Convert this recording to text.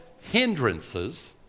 hindrances